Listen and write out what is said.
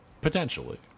potentially